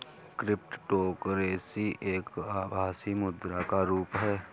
cryptocurrency एक आभासी मुद्रा का रुप है